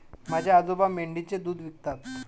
माझे आजोबा मेंढीचे दूध विकतात